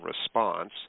response